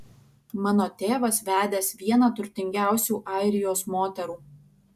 mano tėvas vedęs vieną turtingiausių airijos moterų